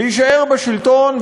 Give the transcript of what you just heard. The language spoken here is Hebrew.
להישאר בשלטון,